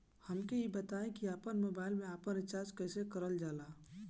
हमका ई बताई कि मोबाईल में आपन रिचार्ज कईसे करल जाला?